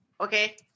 Okay